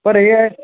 ਪਰ ਇਹ ਹੈ